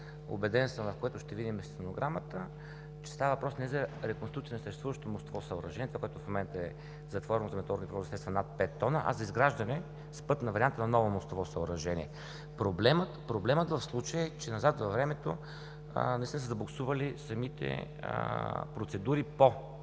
убеден съм, ще видим и стенограмата, че става въпрос не за реконструкция на несъществуващо мостово съоръжение, това, което в момента е затворено за моторни превозни средства над 5 т, а за изграждане на път с вариант на ново мостово съоръжение. Проблемът в случая е, че назад във времето са забуксували самите процедури по